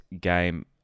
game